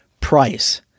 price